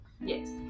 yes